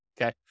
okay